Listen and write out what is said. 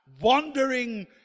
wandering